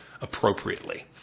appropriately